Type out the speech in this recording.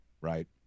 right